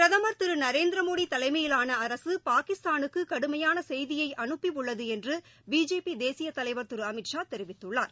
பிரதம் திரு நரேந்திரமோடி தலைமையிலான அரசு பாகிஸ்தானுக்கு கடுமையாள செய்தியை அனுப்பியுள்ளது என்று பிஜேபி தேசியத் தலைவர் திரு அமித் ஷா தெரிவித்துள்ளார்